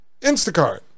Instacart